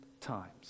times